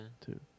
Two